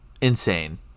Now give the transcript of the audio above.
insane